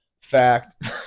fact